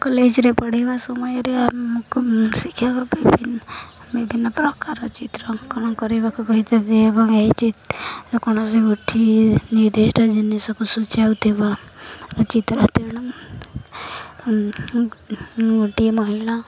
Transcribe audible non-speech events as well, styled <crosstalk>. କଲେଜ୍ରେ ପଢ଼ିବା ସମୟରେ ଆମକୁ ଶିକ୍ଷକ ବିଭି ବିଭିନ୍ନ ପ୍ରକାର ଚିତ୍ର ଅଙ୍କନ କରିବାକୁ କହିଛନ୍ତି ଏବଂ ଏହି ଚି କୌଣସି ଗୋଠି ନିର୍ଦ୍ଧିଷ୍ଟ ଜିନିଷକୁ ସୁଚାଉ ଥିବା ଚିତ୍ର <unintelligible> ଗୋଟିଏ ମହିଳା